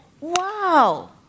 Wow